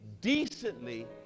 decently